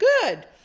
good